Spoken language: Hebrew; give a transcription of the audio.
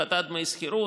(ג) הפחתת דמי השכירות,